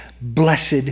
Blessed